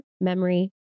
memory